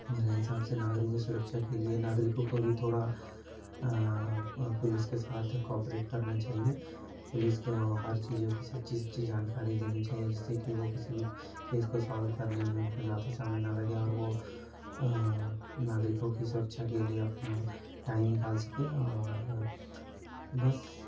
मेरे हिसाब से नागरिक की सुरक्षा के लिए नागरिकों को भी थोड़ा पुलिस के साथ कोआपरेट करना चाहिए पुलिस को हर चीज़ों को सच्ची सच्ची जानकारी देनी चाहिए जिससे कि वो किसी भी केस को सॉल्व करने में उनको ज़्यादा समय ना लगे और वो नागरिकों की सुरक्षा के लिए अपना टाइम निकाल सकें और बस